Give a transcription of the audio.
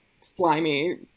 slimy